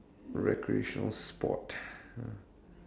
recreational sport